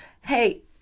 hey